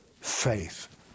faith